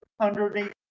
underneath